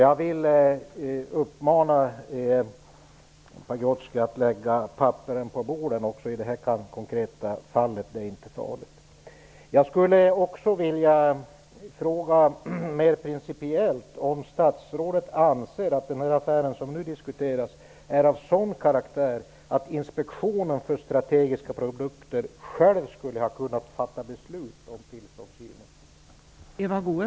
Jag vill uppmana Leif Pagrotsky att lägga papperen på bordet även i det här konkreta fallet. Det är inte farligt. Jag skulle också vilja fråga mer principiellt: Anser statsrådet att den affär som nu diskuteras är av sådan karaktär att Inspektionen för strategiska produkter skulle ha kunnat fatta beslut om tillståndsgivning?